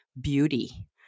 beauty